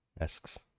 asks